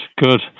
good